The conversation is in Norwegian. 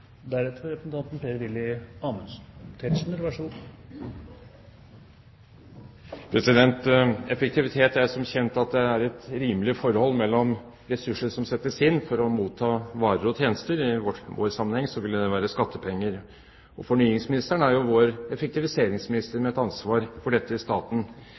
Effektivitet betyr som kjent at det er et rimelig forhold mellom ressurser som settes inn for å motta varer og tjenester – i denne sammenheng vil det være skattepenger. Fornyingsministeren er jo vår effektiviseringsminister med et ansvar for dette i staten.